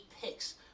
picks